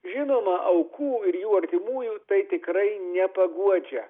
žinoma aukų ir jų artimųjų tai tikrai nepaguodžia